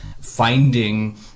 finding